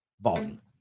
volume